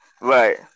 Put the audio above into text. Right